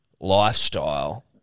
lifestyle